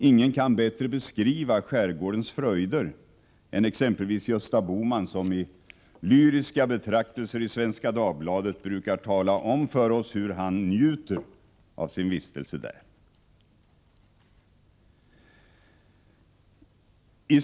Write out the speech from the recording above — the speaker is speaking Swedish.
Ingen kan bättre beskriva skärgårdens fröjder än Gösta Bohman, som i lyriska betraktelser i Svenska Dagbladet brukar tala om för oss hur han njuter av sin vistelse där.